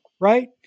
right